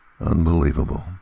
unbelievable